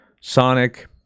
Sonic